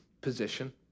position